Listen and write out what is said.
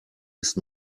ist